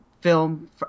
film